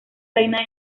reina